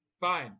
Fine